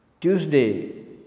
Tuesday